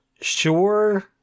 sure